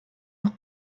nach